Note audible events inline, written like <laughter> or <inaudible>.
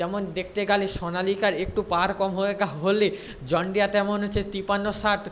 তেমন দেখতে গেলে সোনালিকার একটু পাওয়ার কম হয় <unintelligible> হলে জন ডিয়ার তেমন হচ্ছে তিপান্ন সাত